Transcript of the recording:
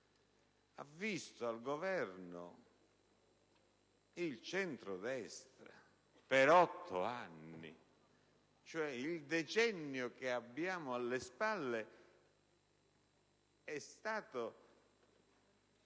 ha visto al Governo il centrodestra per otto anni. Il decennio che abbiamo alle spalle è stato